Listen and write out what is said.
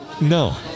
No